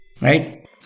right